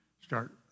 start